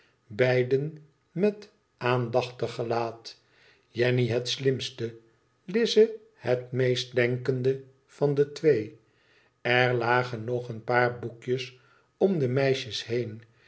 beiden met aandachtig gelaat jenny het slimste lize het meest denkende van de twee er lagen nog een paar boekjes om de meisjes heen